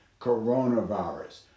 coronavirus